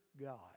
God